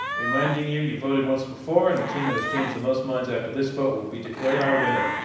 reminding you you voted once before. and the team that has changed the most minds after this vote will be declared our winner.